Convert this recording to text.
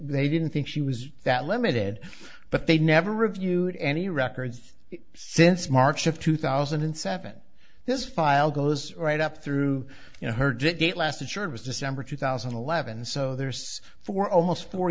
they didn't think she was that limited but they never reviewed any records since march of two thousand and seven this file goes right up through you know her did it last insured was december two thousand and eleven so there's four almost four